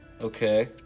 Okay